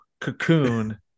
Cocoon